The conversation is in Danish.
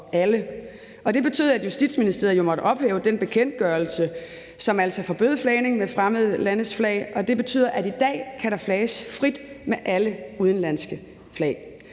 alle. Det betød, at Justitsministeriet jo måtte ophæve den bekendtgørelse, som altså forbød flagning med fremmede landes flag, og det betyder, at i dag kan der flages frit med alle udenlandske flag.